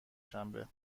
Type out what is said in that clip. شنبه